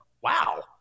wow